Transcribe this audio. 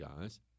guys